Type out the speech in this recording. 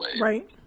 Right